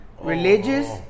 Religious